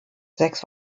sechs